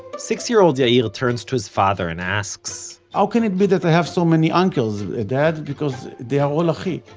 six-year-old yair you know turns to his father and asks, how can it be that i have so many uncles, ah dad, because they are all achi?